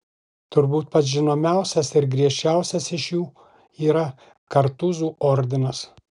turbūt pats žinomiausias ir griežčiausias iš jų yra kartūzų ordinas